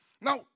Now